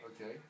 Okay